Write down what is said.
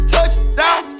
Touchdown